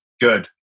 good